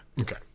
Okay